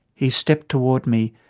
he stepped toward me,